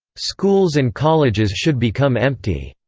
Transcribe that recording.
schools and colleges should become empty.